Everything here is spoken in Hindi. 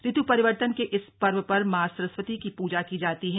ऋत् परिवर्तन के इस पर्व पर मां सरस्वती की पूजा की जाती है